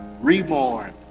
reborn